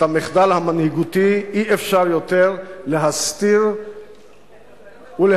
את המחדל המנהיגותי אי-אפשר יותר להסתיר ולהסוות.